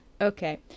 okay